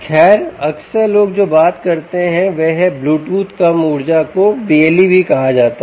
खैर अक्सर लोग जो बात करते हैं वह है ब्लूटूथ कम ऊर्जा कम ऊर्जा को BLE भी कहा जाता है